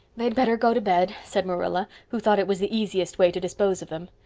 they'd better go to bed, said marilla, who thought it was the easiest way to dispose of them.